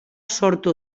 sortu